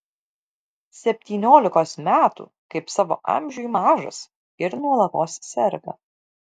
septyniolikos metų kaip savo amžiui mažas ir nuolatos serga